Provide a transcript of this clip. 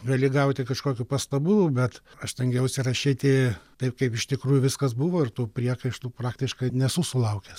gali gauti kažkokių pastabų bet aš stengiausi rašyti taip kaip iš tikrųjų viskas buvo ir tų priekaištų praktiškai nesu sulaukęs